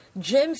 James